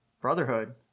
Brotherhood